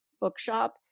bookshop